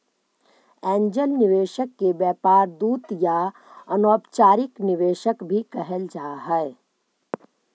angel निवेशक के व्यापार दूत या अनौपचारिक निवेशक भी कहल जा हई